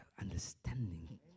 understanding